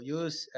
use